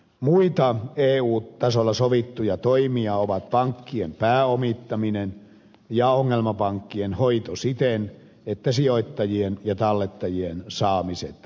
muita eu tasolla sovittuja toimia ovat pankkien pääomittaminen ja ongelmapankkien hoito siten että sijoittajien ja tallettajien saamiset turvataan